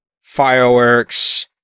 fireworks